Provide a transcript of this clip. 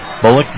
Bullock